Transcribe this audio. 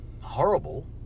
horrible